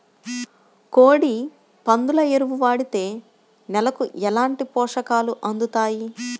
కోడి, పందుల ఎరువు వాడితే నేలకు ఎలాంటి పోషకాలు అందుతాయి